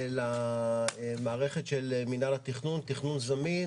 והכנסתם למערכת של מינהל התכנון הזמין.